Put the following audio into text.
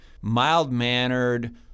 mild-mannered